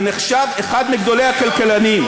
ונחשב אחד מגדולי הכלכלנים.